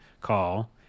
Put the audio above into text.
call